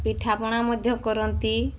ପିଠାପଣା ମଧ୍ୟ କରନ୍ତି